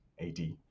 AD